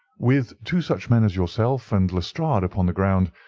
with two such men as yourself and lestrade upon the ground,